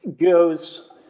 goes